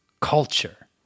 culture